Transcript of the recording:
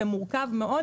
זה מורכב מאוד,